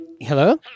Hello